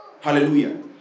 Hallelujah